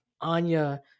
Anya